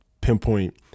pinpoint